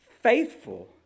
faithful